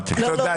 תודה.